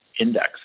index